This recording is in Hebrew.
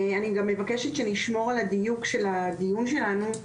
אני גם מבקשת שנשמור על הדיוק של הדיון שלנו,